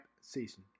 season